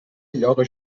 lloga